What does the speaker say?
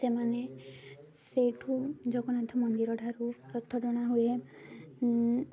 ସେମାନେ ସେଇଠୁ ଜଗନ୍ନାଥ ମନ୍ଦିର ଠାରୁ ରଥ ଟଣା ହୁଏ